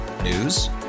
news